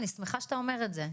אני שמחה שאתה אומר את זה,